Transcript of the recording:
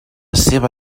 seva